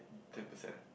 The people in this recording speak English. ten percent